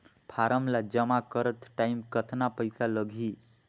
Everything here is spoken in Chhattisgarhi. फारम ला जमा करत टाइम कतना पइसा लगही?